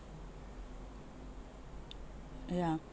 ya